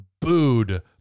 booed